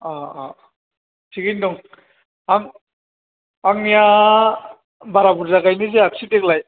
औ औ थिगैनो दं आं आंनिया बारा बुरजा गायनाय जायाखसै देग्लाय